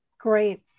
Great